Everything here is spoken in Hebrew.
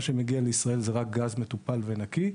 מה שמגיע לישראל זה רק גז מטופל ונקי,